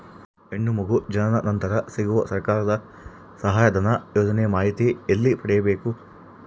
ಹೆಣ್ಣು ಮಗು ಜನನ ನಂತರ ಸಿಗುವ ಸರ್ಕಾರದ ಸಹಾಯಧನ ಯೋಜನೆ ಮಾಹಿತಿ ಎಲ್ಲಿ ಪಡೆಯಬೇಕು?